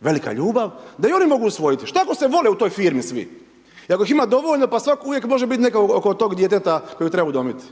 velika ljubav, da i oni mogu usvojiti, šta ako se vole u toj firmi svi i ako ih ima dovoljno, pa svatko uvijek može biti netko oko toga djeteta kojeg treba udomiti